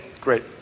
great